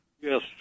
Yes